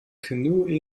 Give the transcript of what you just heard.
canoe